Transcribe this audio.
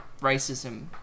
racism